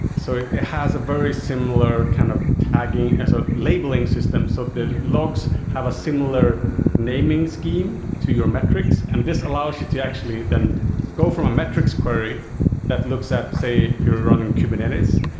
so it it has a very similar kind of tagging, ah labeling system. so the logs have a similar naming scheme to your metrics, and this allows you to actually then go from a metrics query that looks at, say, if you're running kubernetes,